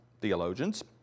theologians